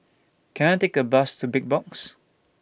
Can I Take A Bus to Big Box